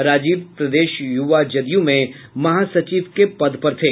राजीव प्रदेश युवा जदयू में महासचिव के पद पर थे